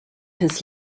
his